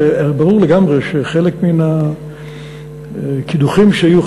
הרי ברור לגמרי שחלק מן הקידוחים שהיו,